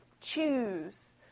choose